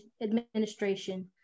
administration